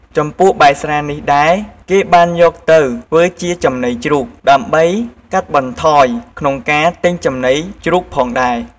ចំពោះបាយស្រានេះដែល គេបានយកទៅធ្វើជាចំណីជ្រូក ដើម្បីកាត់បន្ថយក្នុងការទិញចំណីជ្រូកផងដែរ។